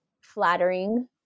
flattering